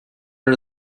are